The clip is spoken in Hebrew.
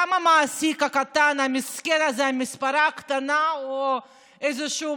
גם המעסיק הקטן, המסכן הזה, מספרה קטנה או איזשהו